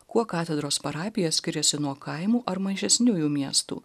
kuo katedros parapija skiriasi nuo kaimų ar mažesniųjų miestų